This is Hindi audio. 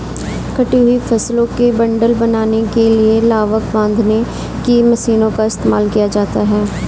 कटी हुई फसलों के बंडल बनाने के लिए लावक बांधने की मशीनों का इस्तेमाल किया जाता है